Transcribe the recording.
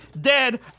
dead